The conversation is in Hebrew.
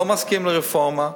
לא מסכים לרפורמה.